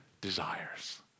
desires